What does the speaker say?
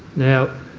now,